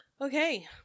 okay